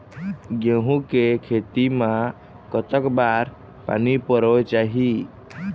गेहूं के खेती मा कतक बार पानी परोए चाही?